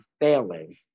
failing